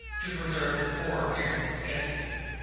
to preserve the poor appearance of scepticism.